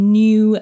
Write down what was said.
new